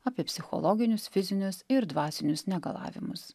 apie psichologinius fizinius ir dvasinius negalavimus